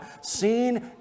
seen